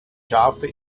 schafe